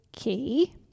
okay